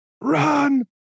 run